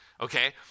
Okay